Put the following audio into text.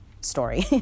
story